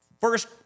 First